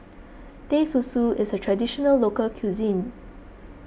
Teh Susu is a Traditional Local Cuisine